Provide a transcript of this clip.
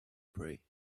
pray